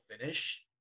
finish